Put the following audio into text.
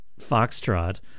Foxtrot